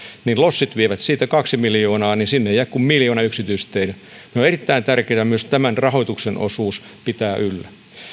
niin lossit vievät siitä kaksi miljoonaa eikä sinne jää kuin miljoona yksityisteille on erittäin tärkeätä myös tämän rahoituksen osuus pitää yllä